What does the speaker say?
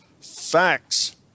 facts